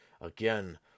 Again